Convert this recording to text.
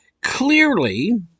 clearly